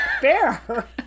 Fair